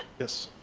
yes,